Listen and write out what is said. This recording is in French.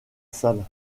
salle